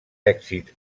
èxits